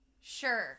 Sure